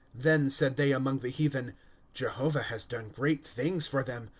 then said they among the heathen jehovah has done great things for them.